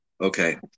Okay